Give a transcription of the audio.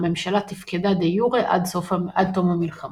הממשלה תפקדה דה יורה עד תום המלחמה.